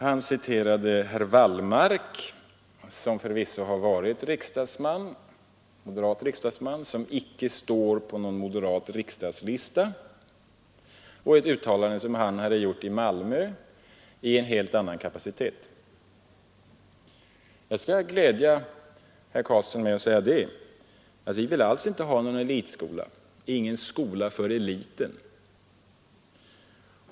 Han citerade herr Wallmark, som förvisso har varit moderat riksdagsman men som icke står på någon moderat riksdagslista. Och det citerade uttalandet hade herr Wallmark gjort i Malmö i en helt annan kapacitet. Jag skall glädja herr Carlsson med att säga att vi inte alls vill ha någon skola för eliten.